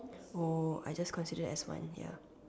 oh I just consider it as one ya